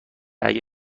اگه